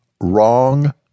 Wrong